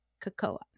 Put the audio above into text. cocoa